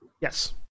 Yes